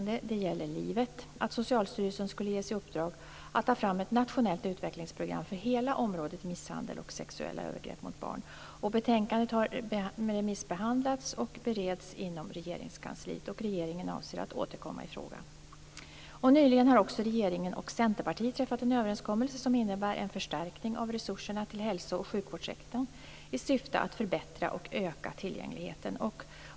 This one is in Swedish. Det gäller livet att Socialstyrelsen skulle ges i uppdrag att ta fram ett nationellt utvecklingsprogram för hela området misshandel och sexuella övergrepp mot barn. Betänkandet har remissbehandlats och bereds inom Regeringskansliet. Regeringen avser att återkomma i frågan. Nyligen har också regeringen och Centerpartiet träffat en överenskommelse som innebär en förstärkning av resurserna till hälso och sjukvårdssektorn i syfte att förbättra och öka tillgängligheten.